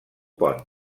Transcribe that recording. pont